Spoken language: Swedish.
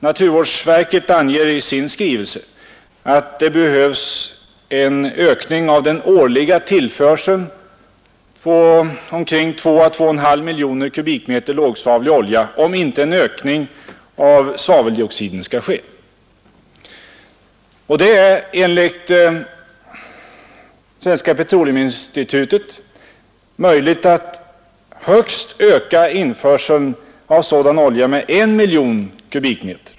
Naturvårdsverket anger i sin skrivelse att det behövs en ökning av den årliga tillförseln med 2—2,5 miljoner kubikmeter lågsvavlig olja om inte en ökning av svaveldioxiden skall ske. Det är enligt Svenska petroleuminstitutet möjligt att öka införseln av sådan olja med högst en miljon kubikmeter.